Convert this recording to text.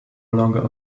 longer